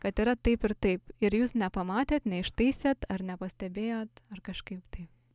kad yra taip ir taip ir jūs nepamatėt neištaisėt ar nepastebėjot ar kažkaip taip